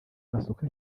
masoko